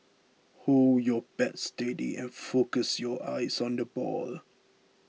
hold your bat steady and focus your eyes on the ball